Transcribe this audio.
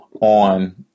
on